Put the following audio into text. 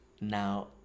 Now